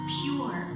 pure